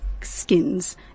skins